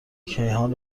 کیهان